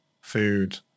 food